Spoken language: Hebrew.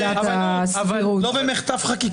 לא במחטף חקיקה.